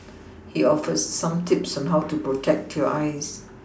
he offers some tips on how to protect your eyes